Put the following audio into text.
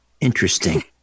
Interesting